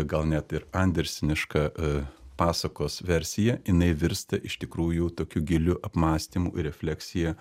gal net ir andersiniška a pasakos versija jinai virsta iš tikrųjų tokiu giliu apmąstymu refleksija